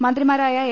മന്ത്രിമാരായ എ